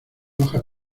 hojas